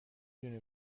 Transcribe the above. دونی